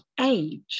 age